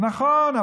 נכון,